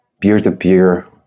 peer-to-peer